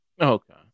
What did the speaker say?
Okay